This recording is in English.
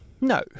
No